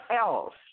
else